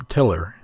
Tiller